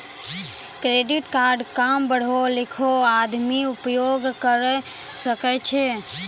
Credit card काम पढलो लिखलो आदमी उपयोग करे सकय छै?